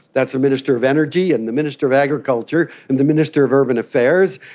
that's the minister of energy and the minister of agriculture and the minister of urban affairs.